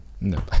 no